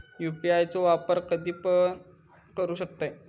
UPI चो वापर कधीपण करू शकतव?